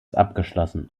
abgeschlossen